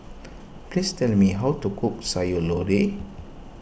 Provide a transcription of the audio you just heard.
please tell me how to cook Sayur Lodeh